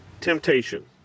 temptation